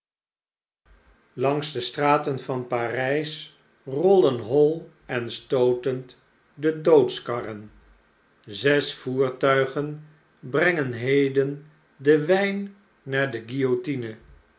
langs de straten van parijs rollen hoi en stootend de doodskarren zes voertuigen brengen heden den wijn naar de